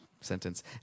sentence